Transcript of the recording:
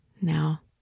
Now